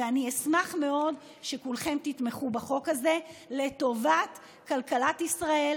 ואני אשמח מאוד שכולכם תתמכו בחוק הזה לטובת כלכלת ישראל,